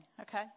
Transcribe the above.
okay